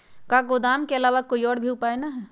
का गोदाम के आलावा कोई और उपाय न ह?